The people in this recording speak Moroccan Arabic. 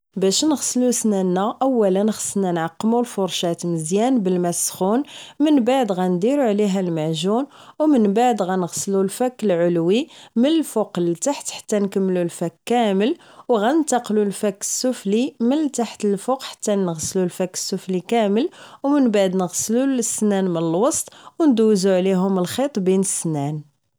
باش نغسلو سنانا اولا خصنا نعقمو الفرشاة مزيان بالمان السخون من بعد غنديرو عليها المعجون و من بعد غنغسلو الفك العلوي من الفوق للتحت تنكمل الفك كامل و غنتقلو للفك السفلي من للتحت للفوق حتى نغسلو الفك السفلي كامل و من بعد نغسلو السنان من الوسط و ندوزو عليهم الخيط بين السنان